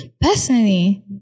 personally